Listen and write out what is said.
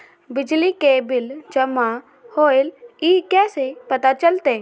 बिजली के बिल जमा होईल ई कैसे पता चलतै?